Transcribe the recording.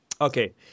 Okay